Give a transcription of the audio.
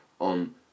on